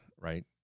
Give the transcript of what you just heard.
right